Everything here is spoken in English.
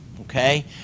okay